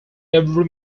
every